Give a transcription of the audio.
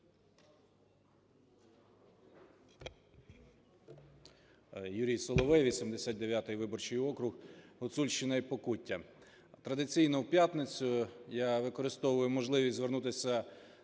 Юрій Соловей, 89 виборчий округ, Гуцульщина і Покуття. Традиційно в п'ятницю я використовую можливість звернутися